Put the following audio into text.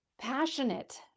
passionate